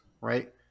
right